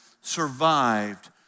survived